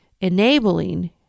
enabling